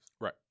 right